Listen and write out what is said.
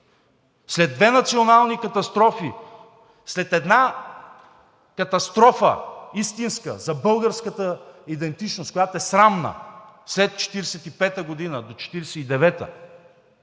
след две национални катастрофи, след една катастрофа, истинска, за българската идентичност, която е срамна – след 1945 г. до 1949 г.,